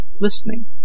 listening